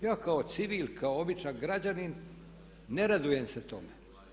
Ja kao civil, kao običan građanin ne radujem se tome.